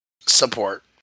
Support